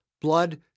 blood